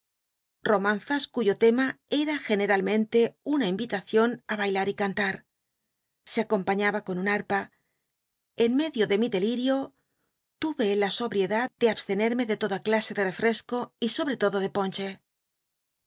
romanzas cuyo l ema era generalmente una invitación á bailat y cantar se acompañaba con un arpa en medio de mi delirio tuve la sobriedad de abstenerme de toda clase de refresco y sobretodo de ponche